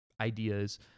ideas